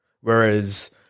whereas